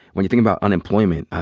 when you think about unemployment,